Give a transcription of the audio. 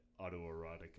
autoerotic